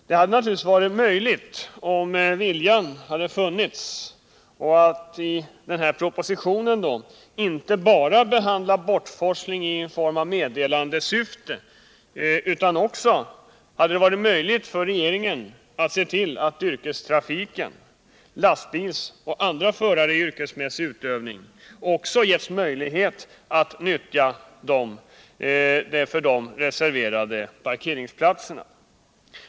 Det hade naturligtvis varit möjligt — om viljan hade funnits — att i denna proposition inte bara behandla bortforsling i meddelandesyfte utan att också se till att yrkestrafik, lastbilstrafik och annan yrkesmässig trafik getts möjlighet nyttja de för dessa slag av trafik reserverade parkeringsplatserna.